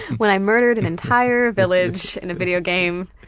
when i murdered an entire village in a video game.